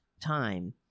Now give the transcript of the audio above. time